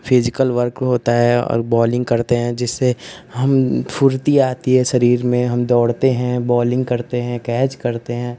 physical work होता है और बॉलिन्ग करते हैं जिससे हमें फुर्ती आती है शरीर में हम दौड़ते हैं बॉलिन्ग करते हैं कैच करते हैं